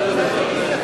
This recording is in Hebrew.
הליכוד,